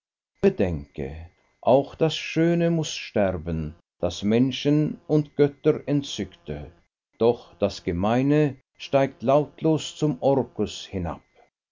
bedenke auch das schöne muß sterben das menschen und götter entzückte doch das gemeine steigt lautlos zum orkus hinab